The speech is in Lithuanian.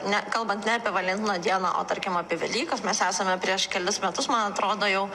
ne kalbant ne apie valentino dieną o tarkim apie velykas mes esame prieš kelis metus man atrodo jau